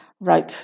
rope